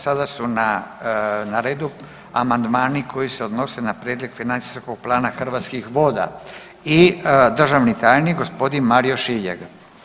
Sada su na redu amandmani koji se odnose na Prijedlog financijskog plana Hrvatskih voda i državni tajnik gospodin Mario Šiljaga.